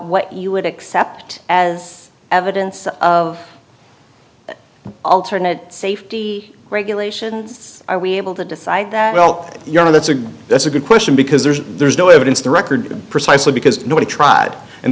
what you would accept as evidence of alternate safety regulations we're able to decide that well you know that's a that's a good question because there's there's no evidence the record precisely because nobody tried and